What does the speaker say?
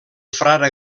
frare